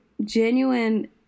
genuine